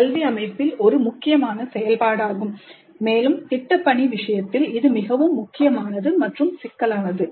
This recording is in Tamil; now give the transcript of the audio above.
கல்வி அமைப்பில் ஒரு முக்கியமான செயல்பாடாகும் மேலும் திட்டப்பணி விஷயத்தில் இது மிகவும் முக்கியமானது மற்றும் சிக்கலானது